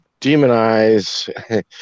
demonize